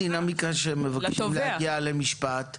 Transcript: הדינמיקה שמבקשים להגיע למשפט.